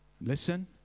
Listen